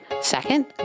Second